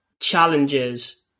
challenges